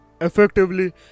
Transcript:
effectively